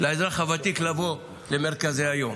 לאזרח הוותיק לבוא למרכזי היום.